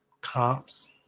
Comps